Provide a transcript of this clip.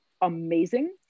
amazing